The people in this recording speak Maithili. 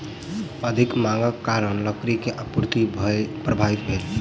अधिक मांगक कारण लकड़ी के आपूर्ति प्रभावित भेल